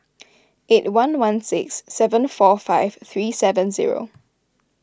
eight one one six seven four five three seven zero